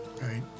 right